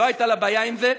לא הייתה לה בעיה עם זה.